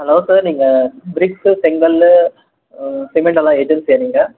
hello sir நீங்கள் bricks செங்கல் சிமெண்ட்டெல்லாம் எதில் செய்கிறீங்க